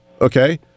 Okay